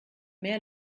mehr